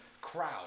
crowd